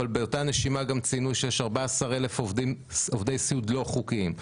אבל באותה נשימה גם ציינו שיש 14,000 עובדי סיעוד לא חוקיים.